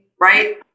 right